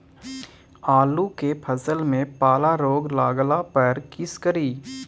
आलू के फसल मे पाला रोग लागला पर कीशकरि?